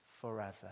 forever